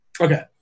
Okay